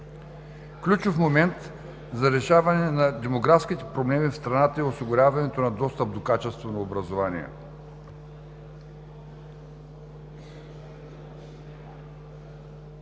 Ключов момент за решаване на демографските проблеми в страната е осигуряването на достъп до качествено образование.